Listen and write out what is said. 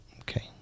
Okay